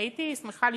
הייתי שמחה לשמוע,